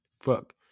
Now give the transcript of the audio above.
Fuck